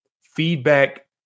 feedback